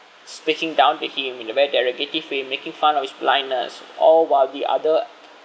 speaking down to him in a very derogative him making fun of his blindness all while the other